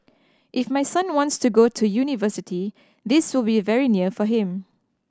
if my son wants to go to university this will be very near for him